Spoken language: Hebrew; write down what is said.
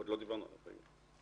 עוד לא דיברנו עליו היום.